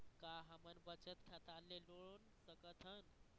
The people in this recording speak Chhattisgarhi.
का हमन बचत खाता ले लोन सकथन?